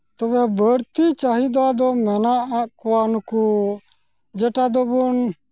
ᱛᱚᱵᱮ ᱵᱟᱹᱲᱛᱤ ᱪᱟᱹᱦᱤᱫᱟ ᱫᱚ ᱢᱮᱱᱟᱜ ᱠᱚᱣᱟ ᱱᱩᱠᱩ ᱡᱮᱴᱟ ᱫᱚᱵᱚᱱ